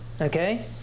Okay